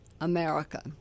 America